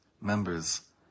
members